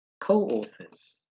co-authors